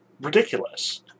ridiculous